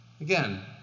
Again